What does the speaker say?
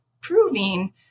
proving